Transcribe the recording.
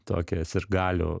tokią sirgalių